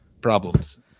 Problems